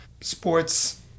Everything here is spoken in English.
sports